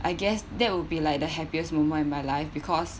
I guess that would be like the happiest moment in my life because